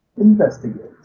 investigate